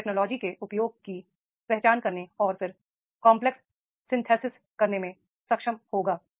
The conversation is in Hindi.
वह टेक्नोलॉजी के उपयोग की पहचान करने और फिर कंपलेक्स सिंथे सिस करने में सक्षम होगा